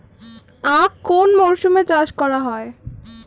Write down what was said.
আখ কোন মরশুমে চাষ করা হয়?